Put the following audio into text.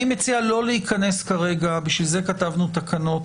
אני מציע לא להיכנס כרגע בשביל זה כתבנו תקנות.